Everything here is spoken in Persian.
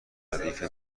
ردیف